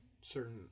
certain